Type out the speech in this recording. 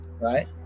right